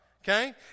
okay